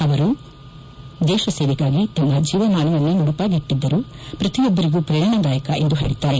ಅವರ ದೇಶ ಸೇವೆಗಾಗಿ ತಮ್ಮ ಜೀವಮಾನವನ್ನೇ ಮುಡಿವಾಗಿಟ್ಟದ್ದು ಪ್ರತಿಯೊಬ್ಬರಿಗೂ ಪ್ರೇರಣದಾಯಕ ಎಂದು ಪೇಳಿದ್ದಾರೆ